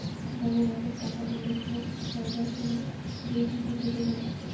বড় রকম টাকা ইনভেস্টমেন্ট করবার সময় যেই ঝুঁকি থেকে যায়